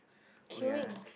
oh ya